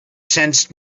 sensed